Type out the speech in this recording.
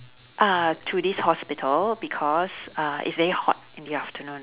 uh to this hospital because uh it's very hot in the afternoon